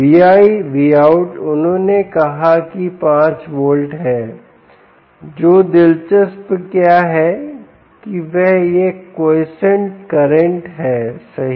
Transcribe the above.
V¿ Vout उन्होंने कहा कि 5 वोल्ट है जो दिलचस्प क्या है वह यह क्वाइसेंट करंट है सही